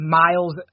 miles